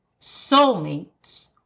Soulmates